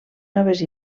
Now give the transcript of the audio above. noves